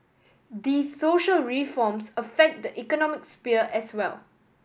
these social reforms affect the economic sphere as well